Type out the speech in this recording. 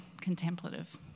contemplative